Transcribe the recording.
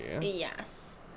Yes